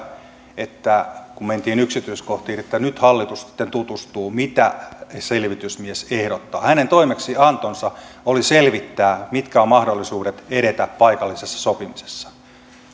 kun mentiin yksityiskohtiin että nyt hallitus sitten tutustuu siihen mitä selvitysmies ehdottaa hänen toimeksiantonsa oli selvittää mitkä ovat mahdollisuudet edetä paikallisessa sopimisessa